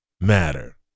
matter